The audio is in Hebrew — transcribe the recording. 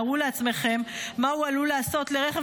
תארו לעצמכם מה הוא עלול לעשות לרכב